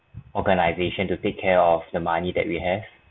organisation to take care of the money that we have